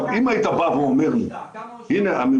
אם היית בא ואומר לי הממשלה,